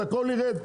הכל ירד,